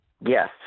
Yes